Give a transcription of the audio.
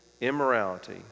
immorality